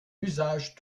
usage